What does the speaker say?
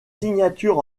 signatures